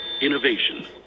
innovation